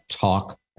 talk